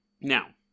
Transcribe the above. Now